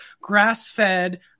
grass-fed